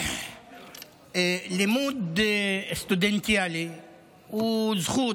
לימוד סטודנטיאלי הוא זכות,